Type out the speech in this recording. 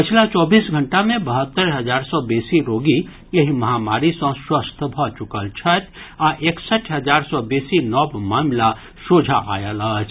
पछिला चौबीस घंटा मे बहत्तरि हजार सँ बेसी रोगी एहि महामारी सँ स्वस्थ भऽ चुकल छथि आ एकसठि हजार सँ बेसी नव मामिला सोझा आयल अछि